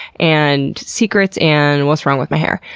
and secrets, and what's wrong with my hair.